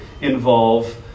involve